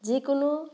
যিকোনো